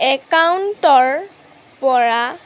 একাউণ্টৰ পৰা